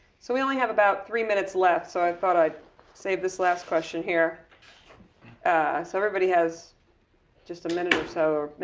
so we only have about three minutes left, so i thought i'd save this last question here ah so everybody has just a minute or so,